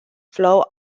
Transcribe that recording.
flow